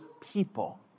people